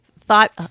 thought